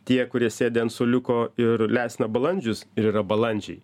tie kurie sėdi ant suoliuko ir lesina balandžius ir yra balandžiai